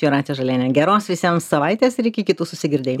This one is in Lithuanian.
jūratė žalienė geros visiems savaitės ir iki kitų susigirdėjimų